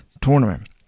tournament